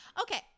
okay